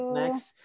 next